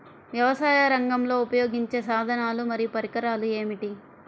వ్యవసాయరంగంలో ఉపయోగించే సాధనాలు మరియు పరికరాలు ఏమిటీ?